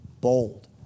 bold